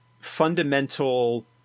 fundamental